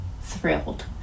thrilled